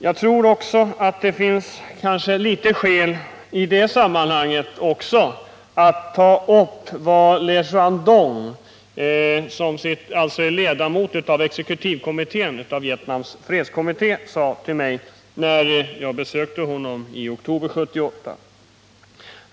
Jag tror att det finns skäl att i det sammanhanget också ta upp vad Le Xuan Dong, som är ledamot av den vietnamesiska fredskommitténs arbetsutskott, sade till mig när jag besökte honom i oktober 1978.